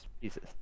pieces